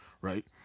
right